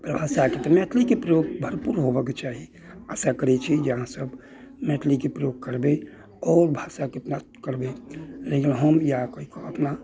प्रभाषाके तऽ मैथिलीके प्रयोग भरपूर होबऽ के चाही आशा करैत छी जे अहाँ सभ मैथिलीके प्रयोग करबै आओर भाषाके प्राप्त करबै रहि गेलहुँ हम या केओ अपना